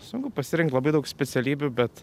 sunku pasirinkt labai daug specialybių bet